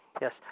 Yes